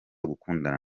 gukundana